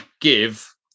give